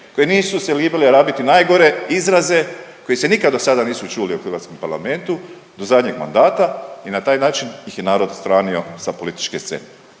koje nisu se libile rabiti najgore izraze koje se nikad do sada nisu čuli u hrvatskom parlamentu do zadnjeg mandata i na taj način ih je narod odstranio sa političke scene.